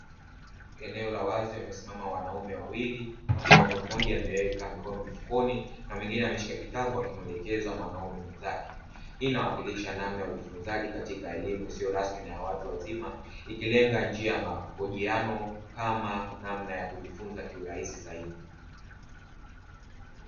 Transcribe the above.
Eneo la wazi wamesimama wanaume wawili ambao mmoja ameweka mkono mfukoni na mwengine ameshika kitabu akimuelekeza mwanaume mwenzake, hii inawakilisha namna ya ujifunzaji katika elimu isiyo rasmi na ya watu wazima ikilenga njia ya mahojiano kama namna ya kujifunza kiu rahisi zaidi.